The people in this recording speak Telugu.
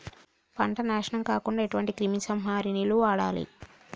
పంట నాశనం కాకుండా ఎటువంటి క్రిమి సంహారిణిలు వాడాలి?